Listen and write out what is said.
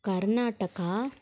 Karnataka